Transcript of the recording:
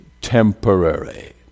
temporary